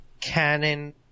canon